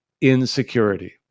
insecurity